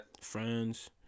friends